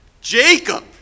Jacob